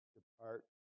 Depart